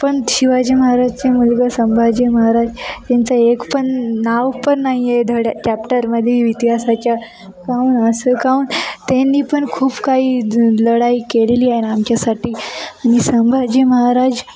पण शिवाजी महाराजचे मुलगा संभाजी महाराज यांचं एक पण नाव पण नाही आहे धड्या चॅप्टरमध्ये इतिहासाच्या काहून असं काहून त्यांनी पण खूप काही लढाई केलेली आहे आमच्यासाठी आणि संभाजी महाराज